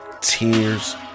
tears